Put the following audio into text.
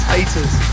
Haters